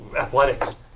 athletics